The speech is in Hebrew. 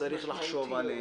צריך לחשוב עליהן,